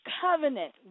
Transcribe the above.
Covenant